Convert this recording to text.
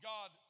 God